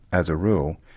as a rule,